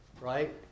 Right